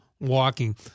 walking